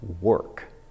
work